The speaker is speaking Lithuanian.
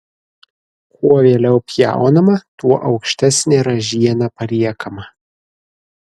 kuo vėliau pjaunama tuo aukštesnė ražiena paliekama